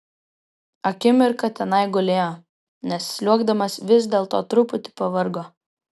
akimirką tenai gulėjo nes sliuogdamas vis dėlto truputį pavargo